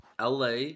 LA